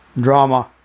Drama